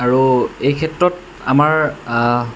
আৰু এই ক্ষেত্ৰত আমাৰ